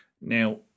Now